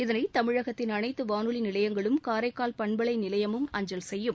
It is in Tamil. இதனை தமிழகத்தின் அனைத்து வானொலி நிலையங்களும் காரைக்கால் பண்பலை நிலையமும் அஞ்சல் செய்யும்